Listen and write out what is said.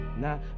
nah